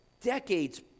decades